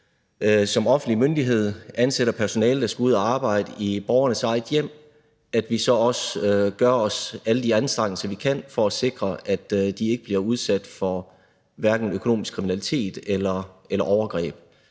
som offentlig myndighed ansætter personale, der skal ud at arbejde i borgernes eget hjem, så også gør os alle de anstrengelser, vi kan, for at sikre, at borgerne ikke bliver udsat for økonomisk kriminalitet eller overgreb.